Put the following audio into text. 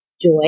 joy